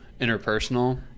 interpersonal